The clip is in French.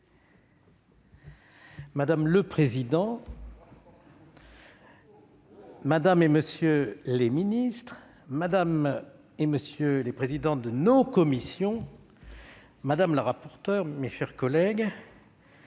Madame le président, madame, monsieur les ministres, madame, monsieur les présidents de commission, madame la rapporteure pour avis, mes chers collègues,